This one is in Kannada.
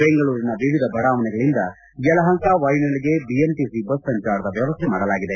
ಬೆಂಗಳೂರಿನ ವಿವಿಧ ಬಡಾವಣೆಗಳಿಂದ ಯಲಹಂಕ ವಾಯುನೆಲೆಗೆ ಬಿಎಂಟಿಸಿ ಬಸ್ ಸಂಚಾರದ ವ್ಯವಸ್ಥೆ ಮಾಡಲಾಗಿದೆ